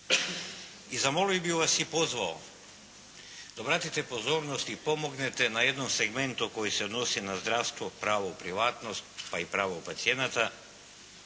I zamolio bih vas i pozvao da obratite pozornost i pomognete na jednom segmentu koji se odnosi na zdravstvo, pravo i privatnost pa i pravo pacijenata